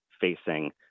facing